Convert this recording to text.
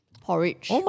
porridge